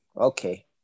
Okay